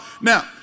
Now